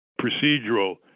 procedural